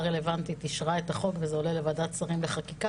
הרלוונטית אישרה את הצעת החוק וזה עולה לוועדת השרים בחקיקה.